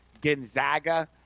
Gonzaga